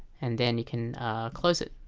and then you can close it